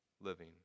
living